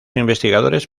investigadores